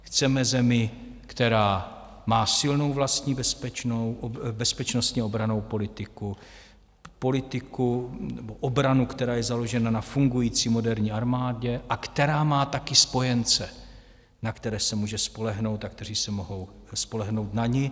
Chceme zemi, která má silnou vlastní bezpečnostní obrannou politiku, obranu, která je založena na fungující moderní armádě a která má také spojence, na které se může spolehnout a kteří se mohou spolehnout na ni.